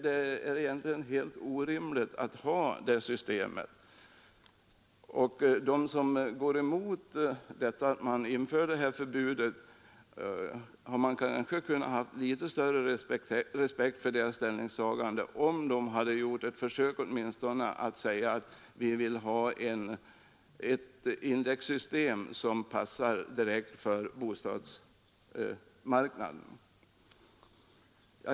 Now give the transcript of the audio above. Det är helt orimligt att ha ett sådant system. Man hade kanske fått något större respekt för dem, som går emot förbudet om indexklausul, om de åtminstone hade gjort ett försök att införa ett indexsystem som direkt passar för bostadsmarknaden.